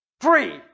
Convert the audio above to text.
Free